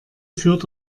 führt